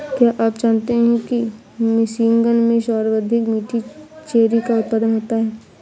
क्या आप जानते हैं कि मिशिगन में सर्वाधिक मीठी चेरी का उत्पादन होता है?